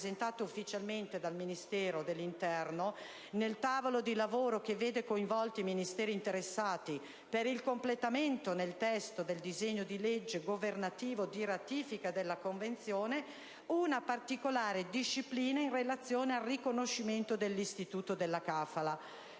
presentate ufficialmente dal Ministero dell'interno nel tavolo di lavoro che vede coinvolti i Ministeri interessati per il completamento del testo del disegno di legge governativo di ratifica della convenzione, una particolare disciplina in relazione al riconoscimento dell'istituto della *kafala*.